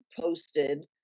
posted